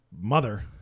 mother